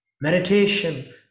meditation